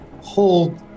hold